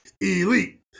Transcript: elite